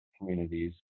communities